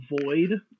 void